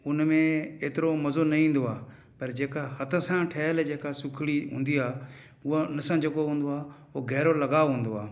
हुन में एतिरो मज़ो न ईंदो आहे पर जेका हथ सां ठहियल जेका सुखिणी हूंदी आहे उहा हुन सां जेको हूंदो आहे उहो गहिरो लॻाव हूंदो आहे